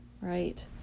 Right